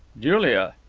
julia!